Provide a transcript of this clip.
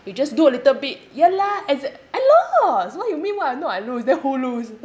you just do a little bit ya lah exac~ I lost what you mean what I not I lose then who lose